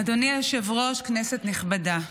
אדוני היושב-ראש, כנסת נכבדה,